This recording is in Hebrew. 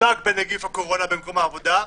נדבק בנגיף הקורונה במקום העבודה,